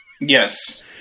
Yes